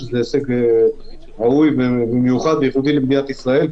והזה הישג ראוי וייחודי למדינת ישראל,